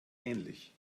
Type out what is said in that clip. ähnlich